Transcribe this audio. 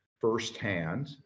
firsthand